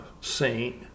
Saint